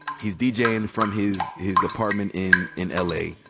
he's deejayin' from his his apartment in in l. a.